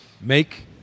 make